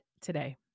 today